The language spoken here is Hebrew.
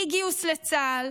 אי-גיוס לצה"ל,